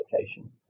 application